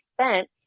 spent